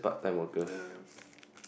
yes